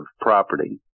property